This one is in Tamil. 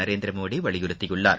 நரேந்திரமோடி வலியுறுத்தியுள்ளார்